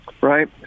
right